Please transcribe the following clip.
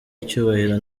icyubahiro